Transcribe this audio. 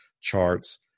charts